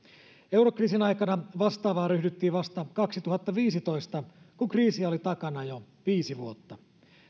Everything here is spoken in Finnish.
eurokriisin aikana vastaavaan ryhdyttiin vasta kaksituhattaviisitoista kun kriisiä oli takana jo viisi vuotta